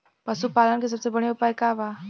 पशु पालन के सबसे बढ़ियां उपाय का बा?